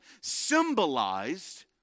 symbolized